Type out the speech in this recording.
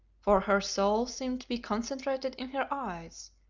for her soul seemed to be concentrated in her eyes,